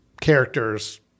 characters